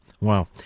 wow